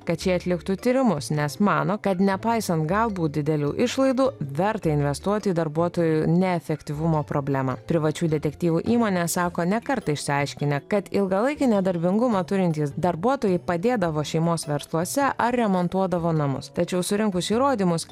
kad šie atliktų tyrimus nes mano kad nepaisant galbūt didelių išlaidų verta investuoti į darbuotojų neefektyvumo problemą privačių detektyvų įmonė sako ne kartą išsiaiškinę kad ilgalaikį nedarbingumą turintys darbuotojai padėdavo šeimos versluose ar remontuodavo namus tačiau surinkus įrodymus